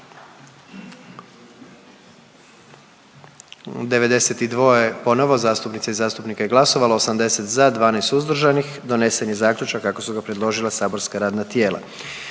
je 117 zastupnica i zastupnika, 115 za, 2 suzdržana pa smo donijeli zaključak kako su ga predložila saborska radna tijela.